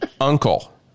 Uncle